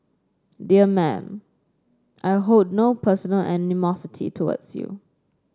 dear Madam I hold no personal animosity towards you